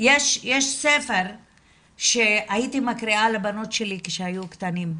יש ספר שהייתי מקריאה לבנותיי כשהיו קטנות,